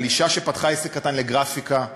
על אישה שפתחה עסק קטן לגרפיקה וכו'.